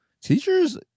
Teachers